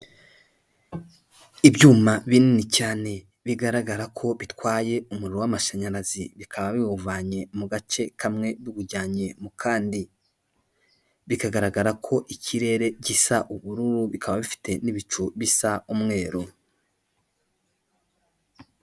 Ibyuma binini cyane bigaragara ko bitwaye umuriro w'amashanyarazi, bikaba biwuvanye mu gace kamwe biwujyanye mu kandi, bikagaragara ko ikirere gisa ubururu, bikaba bifite n'ibicu bisa umweru.